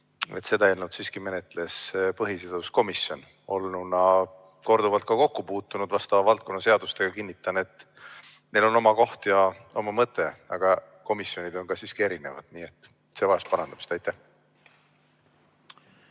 Seda eelnõu menetles siiski põhiseaduskomisjon. Olles korduvalt kokku puutunud vastava valdkonna seadustega, kinnitan, et neil on oma koht ja oma mõte, aga komisjonid on siiski erinevad. Nii et see vajas parandamist. Aitäh!